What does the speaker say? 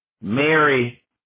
Mary